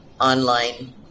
online